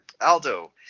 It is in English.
Aldo